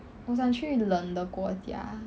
我想去冷的国家